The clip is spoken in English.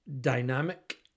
dynamic